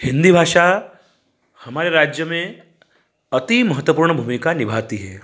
हिंदी भाषा हमारे राज्य में अति महत्वपूर्ण भूमिका निभाती है